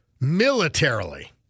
militarily